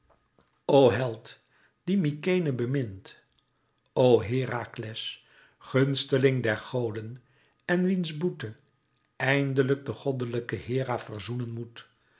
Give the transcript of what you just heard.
o held dien mykenæ bemint o herakles gunsteling der goden en wiens boete endelijk de goddelijke hera verzoenen moet